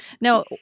Now